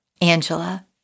Angela